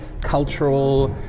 cultural